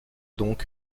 donc